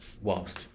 whilst